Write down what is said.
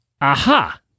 Aha